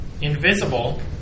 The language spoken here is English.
invisible